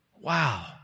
Wow